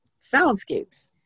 soundscapes